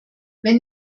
wenn